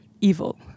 evil